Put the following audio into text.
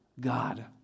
God